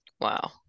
wow